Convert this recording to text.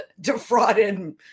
defrauded